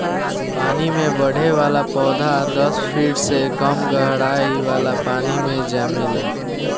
पानी में बढ़े वाला पौधा दस फिट से कम गहराई वाला पानी मे जामेला